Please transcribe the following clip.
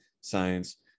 science